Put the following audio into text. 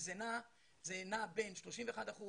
זה נע בין 31%